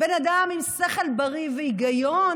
בן אדם עם שכל בריא והיגיון